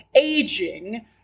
aging